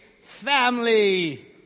family